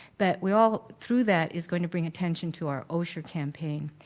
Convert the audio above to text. but we all through that is going to bring attention to our osher campaign.